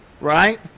right